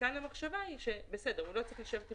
כאן המחשבה היא שהוא לא צריך לשבת עם